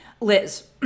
Liz